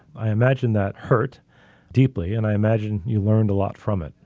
i imagine that hurt deeply and i imagine you learned a lot from it.